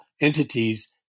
entities